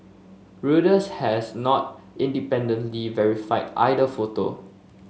Reuters has not independently verified either photo